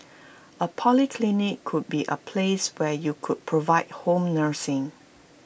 A polyclinic could be A place where you could provide home nursing